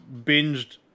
binged